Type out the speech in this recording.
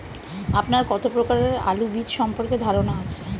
আপনার কত প্রকারের আলু বীজ সম্পর্কে ধারনা আছে?